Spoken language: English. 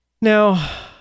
now